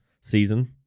season